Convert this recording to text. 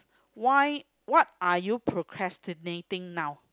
why what are you procrastinating now